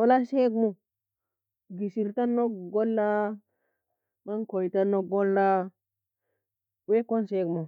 wala sag moo gessir tan log gola koie tan log gola wala saig mou